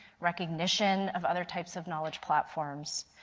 recognition of other types of knowledge platforms.